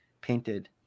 painted